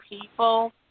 people